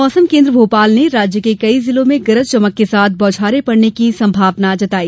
मौसम केंद्र भोपाल ने राज्य के कई जिलों में गरज चमक के साथ बौछारें पड़ने की संभावना जताई